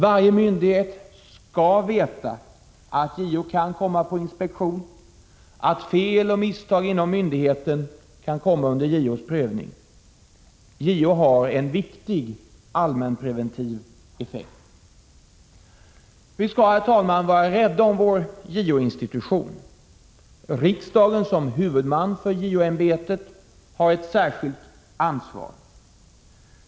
Varje myndighet skall veta att JO kan komma på inspektion, att fel och misstag inom myndigheten kan komma under JO:s prövning. JO har en viktig allmänpreventiv effekt. Vi skall, herr talman, vara rädda om vår JO-institution. Riksdagen har, som huvudman för JO-ämbetet, ett särskilt ansvar.